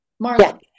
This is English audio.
Marla